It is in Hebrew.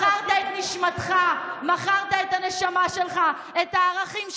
מכרת את נשמתך, מכרת את הנשמה שלך, את הערכים שלך,